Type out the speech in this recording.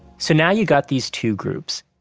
so now you got these two groups.